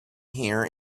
here